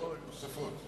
נוספות.